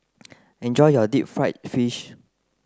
enjoy your deep fried fish